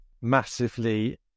massively